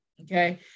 Okay